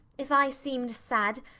if i seemed sad,